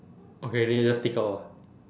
okay then you just sneak out ah